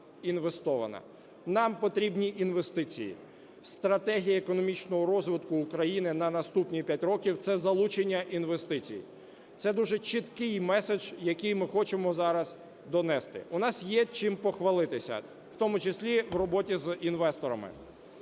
Нам потрібні інвестиції, стратегія економічного розвитку України на наступні 5 років – це залучення інвестицій. Це дуже чіткий меседж, який ми хочемо зраз донести. У нас є чим похвалитися, в тому числі в роботі з інвесторами.